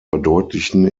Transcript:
verdeutlichen